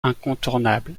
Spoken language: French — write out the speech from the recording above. incontournable